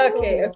Okay